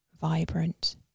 vibrant